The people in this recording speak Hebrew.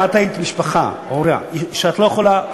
אם את היית משפחה או הורה שאת לא יכולה,